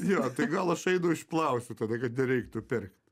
jo tai gal aš einu išplausiu tada kad nereiktų pirkt